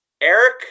Eric